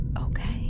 Okay